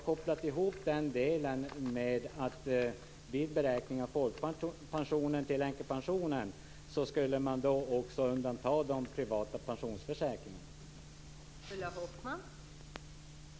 Här har den delen kopplats ihop vid beräkningen av folkpensionen till änkepensionen - då skall de privata pensionsförsäkringarna undantas.